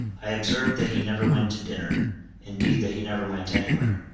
i observed that he never went to dinner indeed that he never went any where.